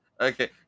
okay